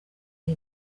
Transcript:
iri